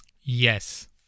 Yes